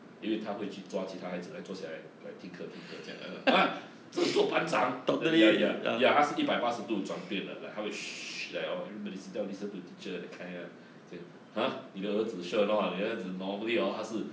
因为他会去抓其他孩子来坐下来 like 听课听课这样那种啊这种做班长 ya ya ya 他是一百八十度转变的 like 他会 like oh everybody sit down and listen to teacher that kind ah say !huh! 你的儿子 sure or not 你的儿子 normally orh 他是